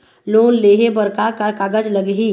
Loan लेहे बर का का कागज लगही?